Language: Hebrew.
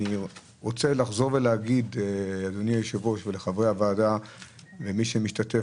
אני רוצה לחזור ולומר לאדוני היושב ראש ולחברי הוועדה ולמי שמשתתף